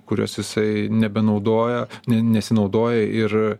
kuriuos jisai nebenaudoja nesinaudoja ir